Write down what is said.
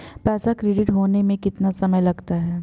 पैसा क्रेडिट होने में कितना समय लगता है?